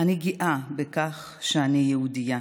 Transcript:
אני גאה בכך שאני יהודייה